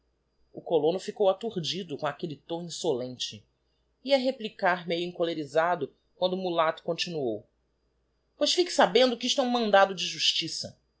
o colono licou aturdido com aquelle tom insolente ia replicar meio encolerisado quando o mulato continuou pois fique sabendo que isto é um mandado da justiça